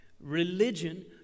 Religion